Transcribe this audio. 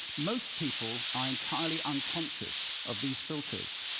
most people are entirely unconscious of these filters.